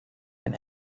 when